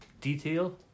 detail